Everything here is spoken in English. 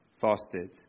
fasted